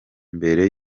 mbere